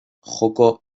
joko